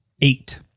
eight